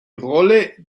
rolle